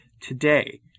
today